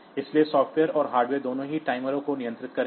इसलिए सॉफ्टवेयर और हार्डवेयर दोनों ही टाइमर को नियंत्रित करेंगे